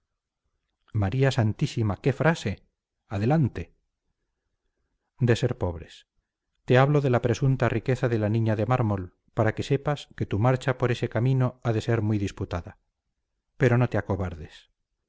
maría santísima qué frase adelante de ser pobres te hablo de la presunta riqueza de la niña de mármol para que sepas que tu marcha por ese camino ha de ser muy disputada pero no te acobardes